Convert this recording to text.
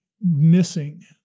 missing